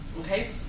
Okay